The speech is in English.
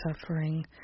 suffering